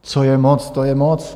Co je moc, to je moc.